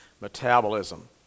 metabolism